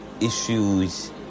issues